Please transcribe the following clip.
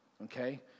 okay